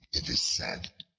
it is said,